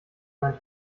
mein